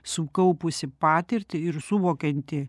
sukaupusį patirtį ir suvokiantį